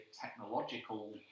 technological